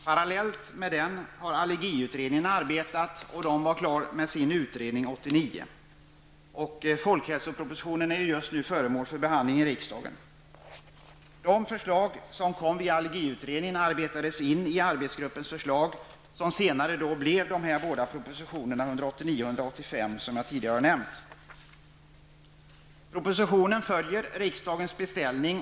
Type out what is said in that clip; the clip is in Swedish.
Parallellt med denna arbetsgrupp arbetade allergiutredningen, som var klar med sitt arbete 1989. Folkhälsopropositionen är ju just nu föremål för behandling i riksdagen. De förslag som kom via allergiutredningen arbetades in i arbetsgruppens förslag, som senare kom att resultera i propositionerna 189 och 185 som jag tidigare har nämnt. I den aktuella propositionen följer man riksdagens beställning.